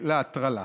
להטרלה.